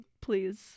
Please